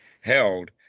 held